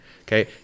Okay